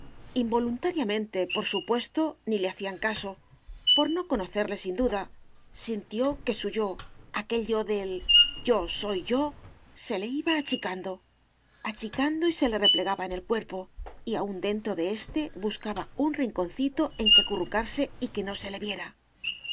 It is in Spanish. involuntariamente por supuesto ni le hacían caso por no conocerle sin duda sintió que su yo aquel yo del yo soy yo se le iba achicando achicando y se le replegaba en el cuerpo y aun dentro de éste buscaba un rinconcito en que acurrucarse y que no se le viera